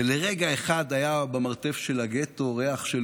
ולרגע אחד היה במרתף של הגטו ריח של